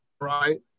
right